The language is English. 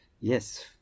Yes